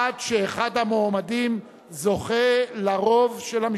עד שאחד המעומדים זוכה לרוב של המשתתפים.